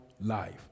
life